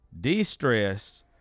de-stress